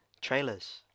Trailers